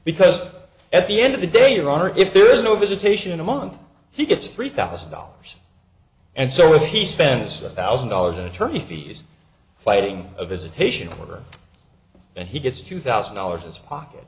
because at the end of the day you are if there is no visitation a month he gets three thousand dollars and so if he spends five thousand dollars in attorney fees fighting a visitation order and he gets two thousand dollars as pocket